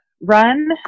run